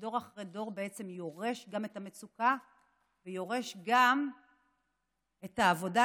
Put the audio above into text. כי דור אחרי דור בעצם יורש גם את המצוקה ויורש גם את העבודה,